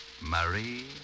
Marie